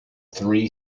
three